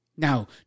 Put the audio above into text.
Now